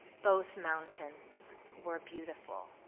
both mountains were beautiful.